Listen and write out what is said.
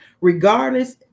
regardless